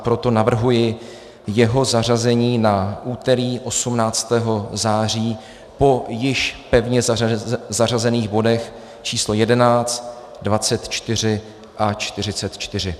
Proto navrhuji jeho zařazení na úterý 18. září po již pevně zařazených bodech číslo 11, 24 a 44.